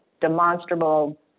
demonstrable